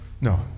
no